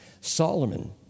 Solomon